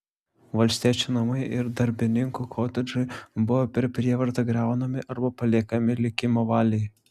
valstiečių namai ir darbininkų kotedžai buvo per prievartą griaunami arba paliekami likimo valiai